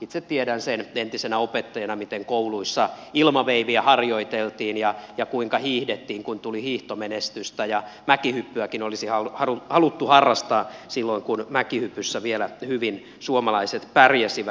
itse tiedän sen entisenä opettajana miten kouluissa ilmaveiviä harjoiteltiin ja kuinka hiihdettiin kun tuli hiihtomenestystä ja mäkihyppyäkin olisi haluttu harrastaa silloin kun mäkihypyssä vielä hyvin suomalaiset pärjäsivät